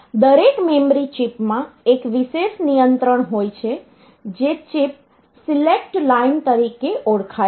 દરેક મેમરી ચિપમાં એક વિશેષ નિયંત્રણ હોય છે જે ચિપ સિલેક્ટ લાઇન તરીકે ઓળખાય છે